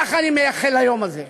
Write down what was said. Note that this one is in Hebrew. כך אני מייחל ליום הזה.